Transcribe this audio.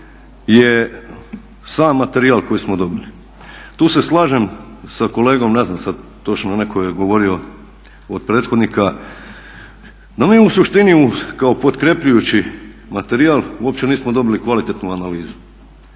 je sam materijal koji smo dobili. Tu se slažem sa kolegom, ne znam sad točno, netko je govorio od prethodnika, no mi u suštini kao potkrjepljujući materijal uopće nismo dobili kvalitetnu analizu.